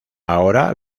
ahora